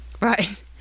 Right